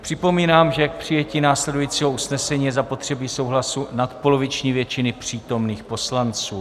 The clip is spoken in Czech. Připomínám, že k přijetí následujícího usnesení je zapotřebí souhlasu nadpoloviční většiny přítomných poslanců.